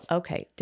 okay